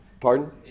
Pardon